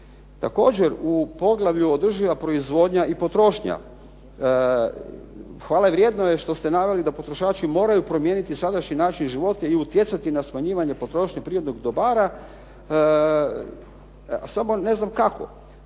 Također u poglavlju održiva proizvodnja i potrošnja hvale vrijedno je što ste naveli da potrošači moraju promijeniti sadašnji način života i utjecati na smanjivanje potrošnje prirodnih dobara samo ne znam kako.